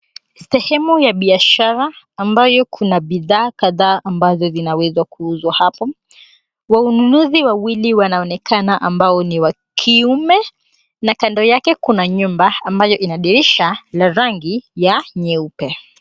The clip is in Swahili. Sehemu ya biashara ambayo kuna bidhaa kadhaa ambazo zinawezwa kuuzwa hapo. Wanunuzi wawili wanaonekana ambao ni wa kiume na kando yake kuna nyumba ambayo ina dirisha la rangi ya nyeupe.